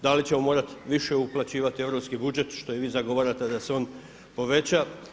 Da li ćemo morati više uplaćivati europski budžet što i vi zagovarate da se on poveća?